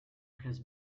has